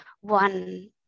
one